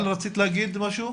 רציתי להעיר הערה.